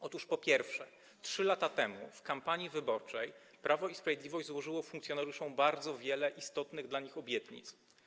Po pierwsze, 3 lata temu w kampanii wyborczej Prawo i Sprawiedliwość złożyło funkcjonariuszom bardzo wiele istotnych dla nich obietnic.